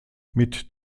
mit